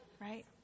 Right